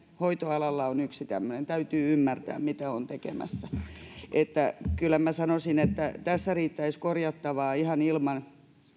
hoitoala on yksi tämmöinen täytyy ymmärtää mitä on tekemässä kyllä minä sanoisin että tässä riittäisi korjattavaa ihan ilman